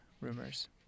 rumors